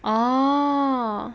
orh